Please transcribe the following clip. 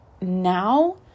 now